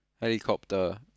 helicopter